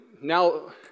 now